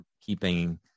keeping